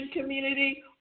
community